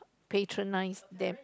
patronize them